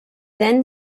then